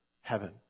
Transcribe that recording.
heaven